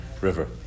River